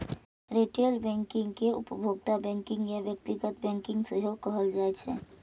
retail banking कें उपभोक्ता banking या व्यक्तिगत बैंकिंग सेहो कहल जाइ छै